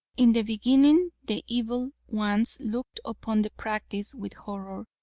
in the beginning, the evil ones looked upon the practice with horror,